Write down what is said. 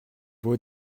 beau